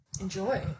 enjoy